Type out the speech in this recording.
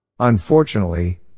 Unfortunately